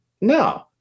no